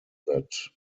that